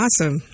awesome